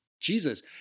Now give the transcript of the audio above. Jesus